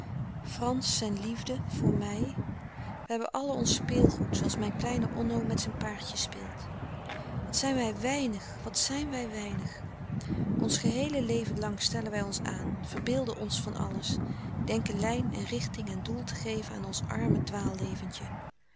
frans zijn liefde voor mij wij hebben allen ons speelgoed zooals mijn kleine onno met zijn paardje speelt wat zijn wij weinig wat zijn wij weinig ons geheele leven lang stellen wij ons aan verbeelden ons van alles denken lijn en richting en doel te geven aan ons arme